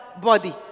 body